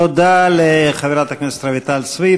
תודה לחברת הכנסת רויטל סויד.